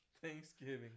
Thanksgiving